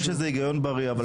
נכון שזה היגיון בריא,